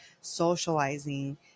socializing